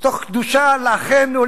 מתוך קדושה לאחינו,